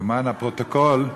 למען הפרוטוקול,